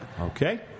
Okay